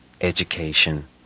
education